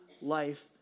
life